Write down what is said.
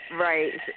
Right